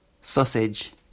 Sausage